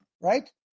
right